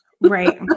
Right